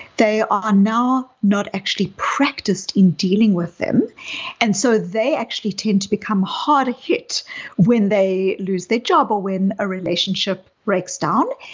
they are now not actually practiced in dealing with them and so they actually tend to become harder hit when they lose their job or when a relationship breaks down.